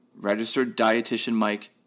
registereddietitianmike